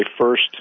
first